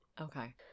Okay